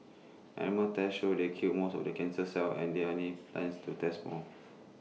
animal tests show they killed most of the cancer cells and there are need plans to test more